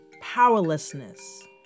powerlessness